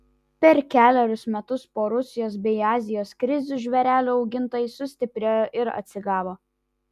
per kelerius metus po rusijos bei azijos krizių žvėrelių augintojai sustiprėjo ir atsigavo